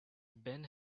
been